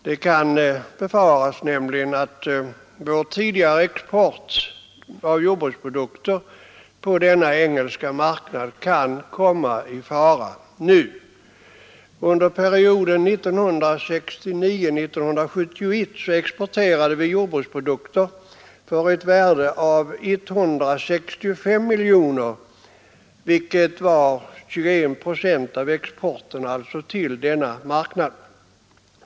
Det kan nämligen befaras att vår tidigare export av jordbruksprodukter på den engelska marknaden nu kan komma i fara. Under perioden 1969-1971 exporterade vi till den engelska marknaden jord bruksprodukter till ett värde av 165 miljoner kronor, vilket var 21 procent av exporten.